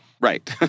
Right